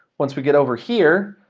once we get over here,